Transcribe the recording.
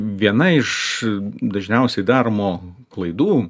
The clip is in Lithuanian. viena iš dažniausiai daromų klaidų